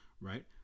right